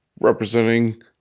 representing